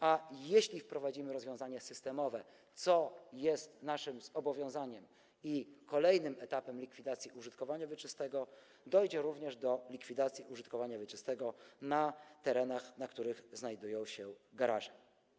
A jeśli wprowadzimy rozwiązanie systemowe, co jest naszym zobowiązaniem i kolejnym etapem likwidacji użytkowania wieczystego, dojdzie również do likwidacji użytkowania wieczystego na terenach, na których znajdują się garaże.